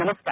नमस्कार